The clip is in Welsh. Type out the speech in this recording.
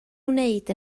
wneud